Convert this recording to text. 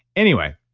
anyway,